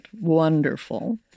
wonderful